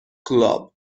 club